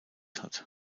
hat